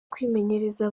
kwimenyereza